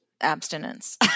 abstinence